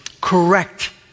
correct